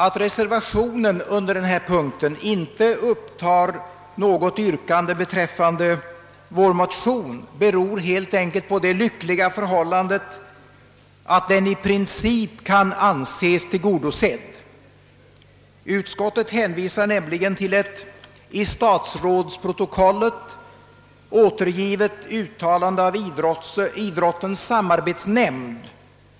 Att reservationen under denna punkt inte innehåller något yrkande beträffande vår motion beror helt enkelt på det lyckliga förhållandet, att motionens syfte i princip kan anses ha blivit tillgodosett. Utskottet hänvisar nämligen till ett i statsrådsprotokollet återgivet uttalande av idrottens samarbetsnämnd, vilket